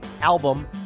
album